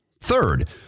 Third